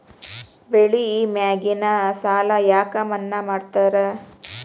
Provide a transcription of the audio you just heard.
ಬೆಳಿ ಮ್ಯಾಗಿನ ಸಾಲ ಯಾಕ ಮನ್ನಾ ಮಾಡ್ತಾರ?